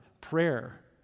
prayer